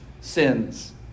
sins